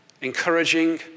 encouraging